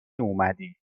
اومدی